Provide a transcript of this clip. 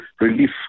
relief